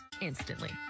instantly